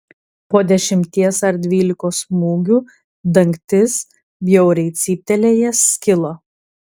po dešimties ar dvylikos smūgių dangtis bjauriai cyptelėjęs skilo